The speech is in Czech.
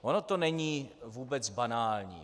Ono to není vůbec banální.